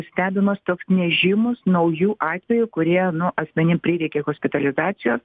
stebimas toks nežymus naujų atvejų kurie nu asmenim prireikė hospitalizacijos